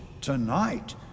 tonight